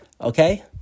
Okay